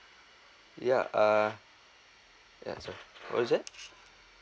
yeah uh ya so what is that